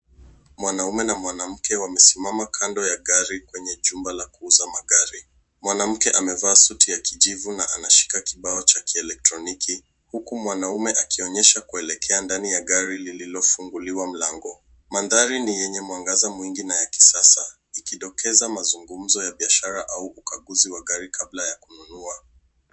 Mwanaume na mwanamke wamesimama kando ya gari kwenye chumba la kuuza magari. Mwanamke amevaa suti ya kijivu na anashika kibao cha kielektroniki huku mwanamume akionyesha kuelekea ndani ya gari lililofunguliwa mlango. Mandhari ni yenye mwangaza mwingine na ya kisasa. Ikidokeza mazungumzo ya biashara au ukaguzi wa gari kabla ya kununua.